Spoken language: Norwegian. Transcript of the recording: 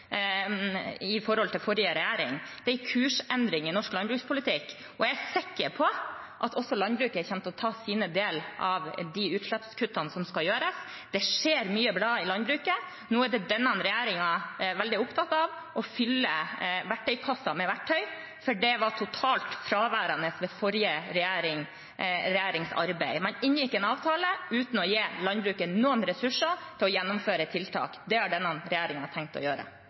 i forhold til forrige regjering. Det er en kursendring i norsk landbrukspolitikk, og jeg er sikker på at også landbruket kommer til å ta sin del av de utslippskuttene som skal gjøres. Det skjer mye bra i landbruket. Nå er denne regjeringen veldig opptatt av å fylle verktøykassa med verktøy, for det var totalt fraværende ved forrige regjerings arbeid. Man inngikk en avtale uten å gi landbruket noen ressurser til å gjennomføre tiltak. Det har denne regjeringen tenkt å gjøre.